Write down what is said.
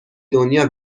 دنیا